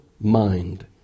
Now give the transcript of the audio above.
mind